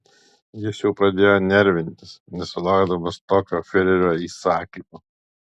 jis jau pradėjo nervintis nesulaukdamas tokio fiurerio įsakymo